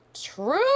True